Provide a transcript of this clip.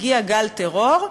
הגיע גל טרור,